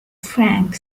frank